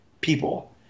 people